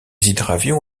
hydravions